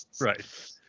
right